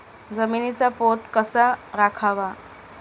जमिनीचा पोत कसा राखावा?